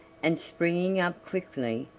and, springing up quickly,